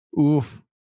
Oof